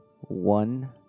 one